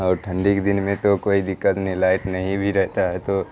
اور ٹھنڈی کے دن میں تو کوئی دقت نہیں لائٹ نہیں بھی رہتا ہے تو